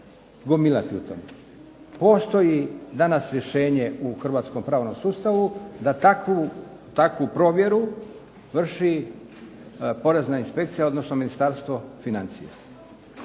gomilati u tome. Postoji danas rješenje u hrvatskom pravnom sustavu da takvu provjeru vrši Porezna inspekcija, odnosno Ministarstvo financija.